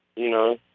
you know